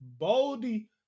Boldy